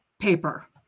paper